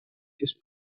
just